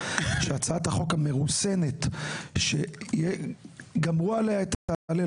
שהצעת החוק המרוסנת שגמרו עליה את ההלל,